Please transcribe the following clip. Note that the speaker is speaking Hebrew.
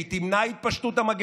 שהיא תמנע את התפשטות המגפה,